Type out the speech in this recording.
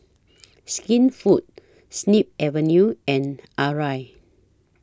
Skinfood Snip Avenue and Arai